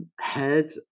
head